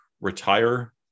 retire